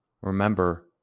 remember